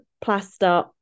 plaster